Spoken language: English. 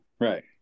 Right